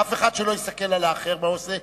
אף אחד שלא יסתכל על האחר מה הוא עושה,